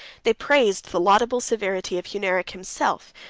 they praised the laudable severity of hunneric himself,